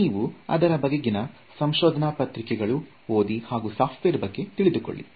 ನೀವು ಅದರ ಬಗೆಗಿನ ಸಂಶೋಧನ ಪತ್ರಿಕೆಗಳು ಓದಿ ಹಾಗೂ ಸಾಫ್ಟ್ ವೆರ್ ಬಗ್ಗೆ ತಿಳಿಕೊಳ್ಳಿ